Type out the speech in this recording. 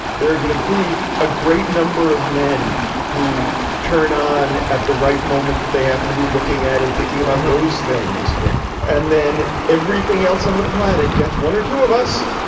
there're gonna be a great number of men who turn on at the right moment that they happen to be looking at and thinking about those things. yeah. and then, everything else on the planet gets one or two of us